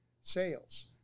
sales